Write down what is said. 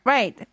Right